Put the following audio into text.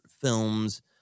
films